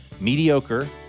Mediocre